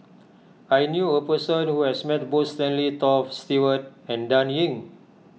I knew a person who has met both Stanley Toft Stewart and Dan Ying